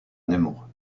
nemours